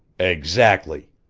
exactly!